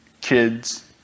kids